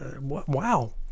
wow